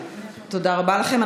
תודה רבה לכם.